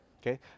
okay